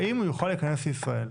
האם הוא יוכל להיכנס לישראל?